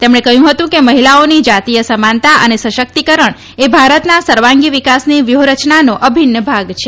તેમણે કહ્યું હતું કે મહિલાઓની જાતિય સમાનતા અને સશક્તિકરણ એ ભારતના સર્વાંગી વિકાસની વ્યૂહરચનાનો અભિન્ન ભાગ છે